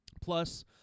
Plus